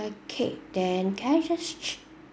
okay then can I just check